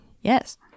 Yes